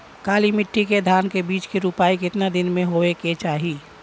काली मिट्टी के धान के बिज के रूपाई कितना दिन मे होवे के चाही?